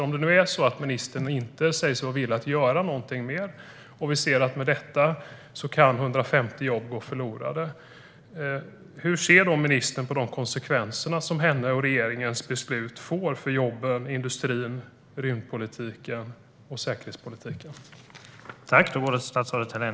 Om det nu är så att ministern inte säger sig vara villig att göra någonting mer - och vi ser att 150 jobb med detta kan gå förlorade - hur ser då ministern på de konsekvenser som hennes och regeringens beslut får för jobben, industrin, rymdpolitiken och säkerhetspolitiken?